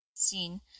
seen